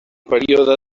període